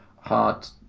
heart